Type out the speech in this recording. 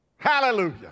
Hallelujah